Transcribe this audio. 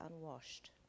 unwashed